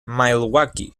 milwaukee